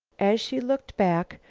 as she looked back,